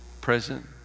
present